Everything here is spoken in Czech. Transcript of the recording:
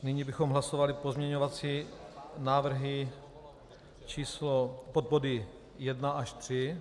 Nyní bychom hlasovali pozměňovací návrhy pod body 1 až 3.